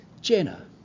Jenna